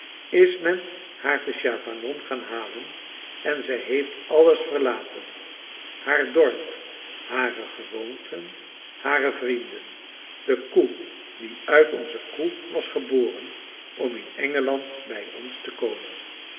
is men haar te chavanon gaan halen en zij heeft alles verlaten haar dorp hare gewoonten hare vrienden de koe die uit onze koe was geboren om in engeland bij ons te komen